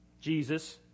Jesus